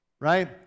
right